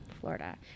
Florida